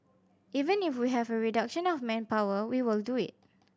even if we have a reduction of manpower we will do it